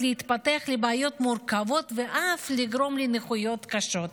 להתפתח לבעיות מורכבות ואף לגרום לנכויות קשות.